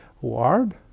ward